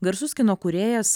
garsus kino kūrėjas